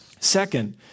Second